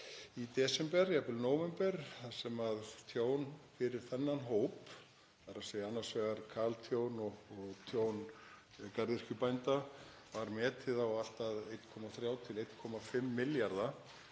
í desember, jafnvel nóvember, þar sem tjón fyrir þennan hóp, þ.e. annars vegar kaltjón og tjón garðyrkjubænda, var metið á allt að 1,3–1,5 milljarða